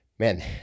Man